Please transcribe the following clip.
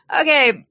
okay